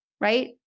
right